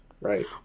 right